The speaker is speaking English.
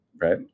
right